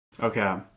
Okay